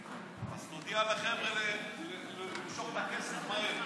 אז תודיע לחבר'ה למשוך את הכסף מהר מהחשבון.